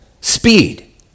speed